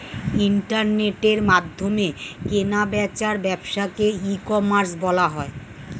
ইন্টারনেটের মাধ্যমে কেনা বেচার ব্যবসাকে ই কমার্স বলা হয়